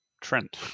Trent